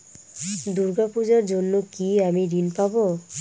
দূর্গা পূজার জন্য কি আমি ঋণ পাবো?